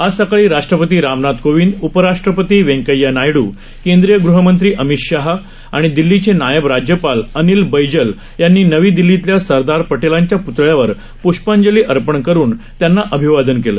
आज सकाळी राष्ट्रपती रामनाथ कोविंद उपराष्ट्रपती व्यंकैय्या नायडू केंद्रीय गृहमंत्री अमित शाह आणि दिल्लीचे नायब राज्यपाल अनिल बैजल यांनी नवी दिल्लीतल्या सरदार पटेलांच्या पुतळ्यावर पुष्पांजली अर्पण करूनत्यांना अभिवादन केलं